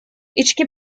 i̇çki